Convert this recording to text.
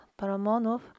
Paramonov